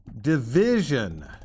division